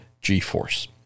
G-Force